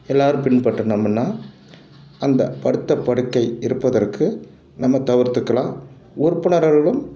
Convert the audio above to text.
எல்லாரும் பின்பற்றுனோம்னா அந்த படுத்த படுக்கை இருப்பதற்க்கு நம்ம தவிர்த்துக்கலாம் உறுப்பினர்களும்